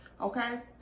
okay